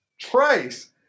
trace